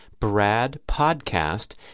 BRADPODCAST